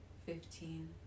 Fifteen